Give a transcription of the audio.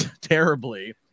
terribly